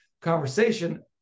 conversation